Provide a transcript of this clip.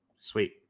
Sweet